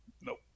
Nope